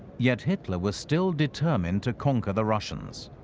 yet hitler was still determined to conquer the russians.